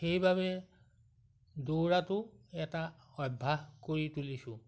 সেইবাবে দৌৰাটো এটা অভ্যাস কৰি তুলিছোঁ